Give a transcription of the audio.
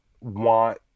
want